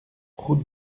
route